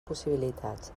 possibilitats